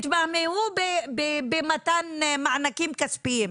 תתמהמהו במתן מענקים כספיים,